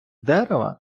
дерева